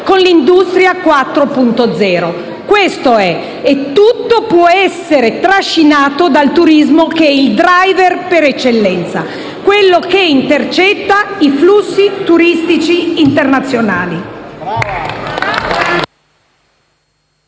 con l'industria 4.0. Di questo si tratta e tutto può essere trascinato dal turismo che è il *driver* per eccellenza, quello che intercetta i flussi turistici internazionali.